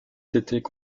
s’étaient